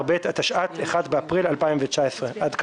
ב' התשע"ט (1 באפריל 2019). עד כאן.